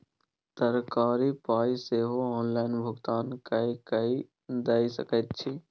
तरकारीक पाय सेहो ऑनलाइन भुगतान कए कय दए सकैत छी